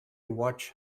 watch